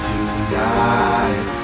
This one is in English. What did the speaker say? Tonight